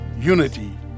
unity